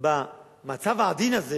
יותר נוח במצב העדין הזה